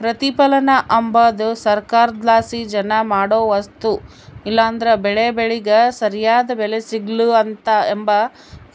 ಪ್ರತಿಪಲನ ಅಂಬದು ಸರ್ಕಾರುದ್ಲಾಸಿ ಜನ ಮಾಡೋ ವಸ್ತು ಇಲ್ಲಂದ್ರ ಬೆಳೇ ಬೆಳಿಗೆ ಸರ್ಯಾದ್ ಬೆಲೆ ಸಿಗ್ಲು ಅಂಬ